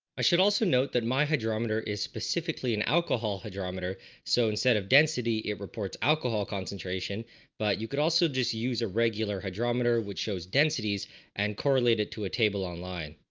i should also note that my hydrometer is specifically an alcohol hydrometer so instead of density it reports alcohol concentration but you can also just use a regular hydrometer which shows densities and correlated to a table online.